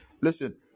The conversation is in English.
listen